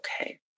okay